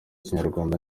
ikinyarwanda